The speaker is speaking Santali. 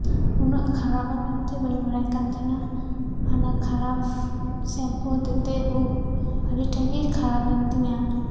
ᱩᱱᱟᱹᱜ ᱠᱷᱟᱨᱟᱯᱟ ᱢᱮᱱᱛᱮ ᱵᱟᱹᱧ ᱵᱟᱲᱟᱭ ᱠᱟᱱ ᱛᱟᱦᱮᱱᱟ ᱚᱱᱟ ᱠᱷᱟᱨᱟᱯ ᱥᱮᱢᱯᱩ ᱦᱚᱛᱮᱡ ᱛᱮ ᱩᱵ ᱟᱹᱰᱤ ᱴᱟ ᱜᱮ ᱠᱷᱟᱨᱟᱯᱮᱱ ᱛᱤᱧᱟᱹ